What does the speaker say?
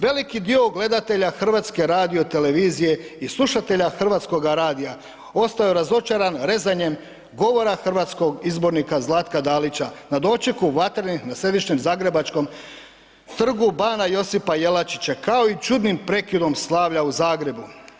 Veliki dio gledatelja HRT-a i slušatelja Hrvatskoga radija ostao je razočaran rezanjem govora hrvatskog izbornika Zlatka Dalića na dočeku Vatrenih na središnjem zagrebačkom trgu Bana Josipa Jelačića, kao i čudnim prekidom slavlja u Zagrebu.